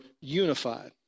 unified